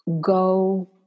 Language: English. Go